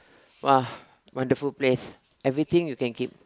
!wah! wonderful place everything you can keep